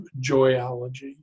joyology